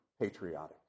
patriotic